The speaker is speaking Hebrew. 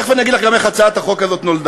תכף אני אגיד לך גם איך הצעת החוק הזאת נולדה.